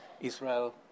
Israel